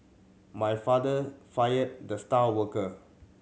my father fired the star worker